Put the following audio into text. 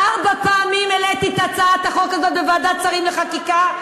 ארבע פעמים העליתי את הצעת החוק הזאת בוועדת שרים לחקיקה,